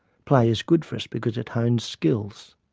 play is good for us because it hones skills.